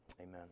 Amen